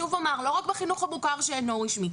שוב אומר, לא רק בחינוך המוכר שאינו רשמי.